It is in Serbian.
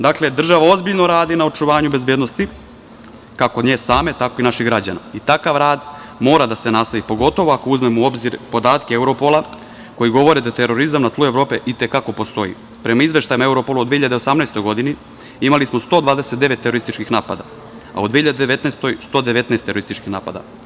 Dakle, država ozbiljno radi na očuvanju bezbednosti kako nje same tako i naših građana, i takav rad mora da se nastavi, pogotovo ako uzmemo u obzir podatke Europola, koji govore da terorizam na tlu Evrope i te kako postoji, i prema izveštaju Europola od 2018. godine, imali smo 129 terorističkih napada, a u 2019. godini 119 terorističkih napada.